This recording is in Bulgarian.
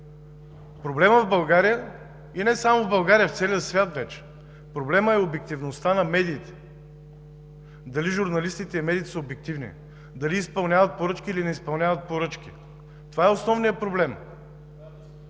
Проблемът е в България, и не само в България, в целия свят е вече. Проблемът е обективността на медиите – дали журналистите и медиите са обективни, дали изпълняват поръчки, или не изпълняват поръчки. Има огромна връзка,